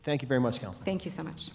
thank you very much miles thank you so much